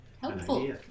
helpful